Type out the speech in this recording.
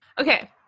okay